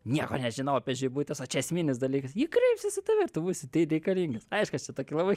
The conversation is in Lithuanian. nieko nežinau apie žibutes o čia esminis dalykas jie kreipsis į tave ir tu būsi tei reikalingas aišku aš čia tokį labai